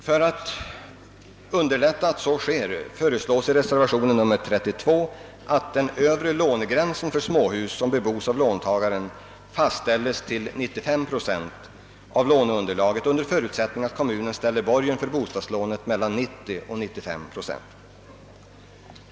För att underlätta att så sker föreslås i reservationen 32 a att den övre lånegränsen för småhus som bebos av låntagaren fastställes till 95 procent av låneunderlaget under förutsättning att kommunen ställer borgen för bostadslånet mellan 90 och 95 procent.